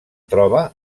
troba